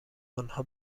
آنها